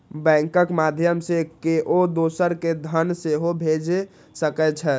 बैंकक माध्यय सं केओ दोसर कें धन सेहो भेज सकै छै